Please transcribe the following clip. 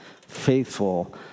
faithful